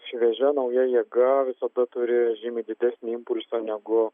šviežia nauja jėga visada turi žymiai didesnį impulsą negu